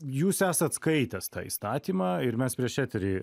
jūs esat skaitęs tą įstatymą ir mes prieš eterį